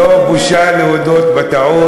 לא בושה להודות בטעות.